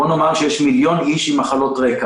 בואו נאמר שיש מיליון אנשים עם מחלות רקע.